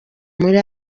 muri